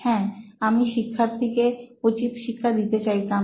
হ্যাঁ আমি শিক্ষার্থীকে উচিৎশিক্ষা দিতে চাইতাম